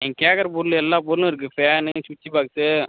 நீங்கள் கேட்குற பொருள் எல்லா பொருளும் இருக்கு ஃபேனு சுவிட்ச்சு பாக்ஸு